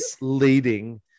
leading